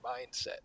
mindset